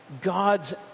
God's